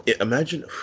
imagine